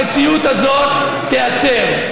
המציאות הזאת תיעצר.